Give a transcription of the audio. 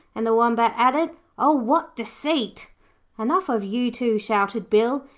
and the wombat added, oh, what deceit enough of you two shouted bill.